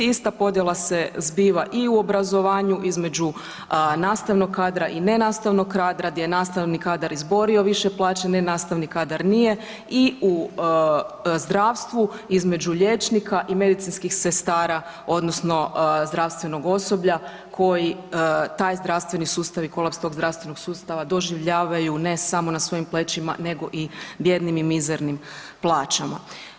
Ista podjela se zbiva i u obrazovanju između nastavnog kadra i nenastavnog kadra gdje je nastavni kadar izborio više plaće, nenastavni kadar nije i u zdravstvu između liječnika i medicinskih sestara odnosno zdravstvenog osoblja koji taj zdravstveni sustav i kolaps tog zdravstvenog sustava doživljavaju ne samo na svojim plećima nego i bijednim i mizernim plaćama.